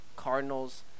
Cardinals